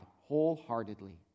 wholeheartedly